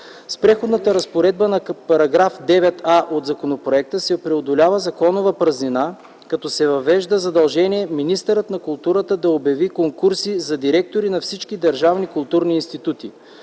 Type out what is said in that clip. С преходната разпоредба на § 9а от законопроекта се преодолява законова празнина, като се въвежда задължение министърът на културата да обяви конкурси за директори на всички държавни културни институти.